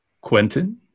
Quentin